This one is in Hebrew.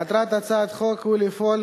מטרת הצעת החוק היא לפעול